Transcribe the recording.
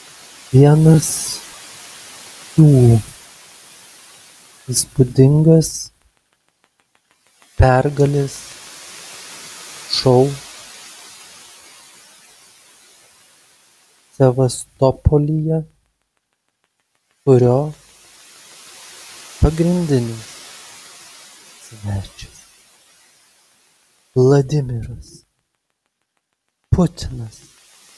vienas jų įspūdingas pergalės šou sevastopolyje kurio pagrindinis svečias vladimiras putinas